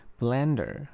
，blender 。